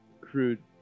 crude